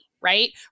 right